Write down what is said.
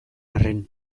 arren